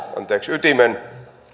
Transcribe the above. ytimen sanon